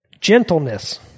Gentleness